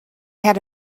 had